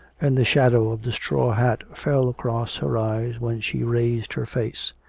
and the shadow of the straw hat fell across her eyes when she raised her face.